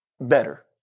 better